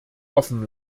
offen